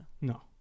No